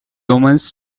omens